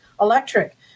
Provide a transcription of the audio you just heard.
electric